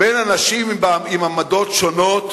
בין אנשים עם עמדות שונות.